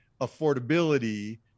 affordability